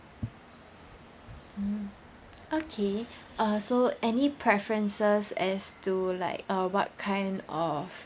mm okay uh so any preferences as to like uh what kind of